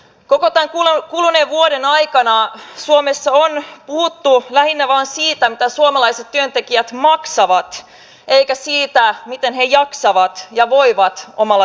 koko tämän kuluneen vuoden aikana suomessa on puhuttu lähinnä vain siitä mitä suomalaiset työntekijät maksavat eikä siitä miten he jaksavat ja voivat omalla työpaikallaan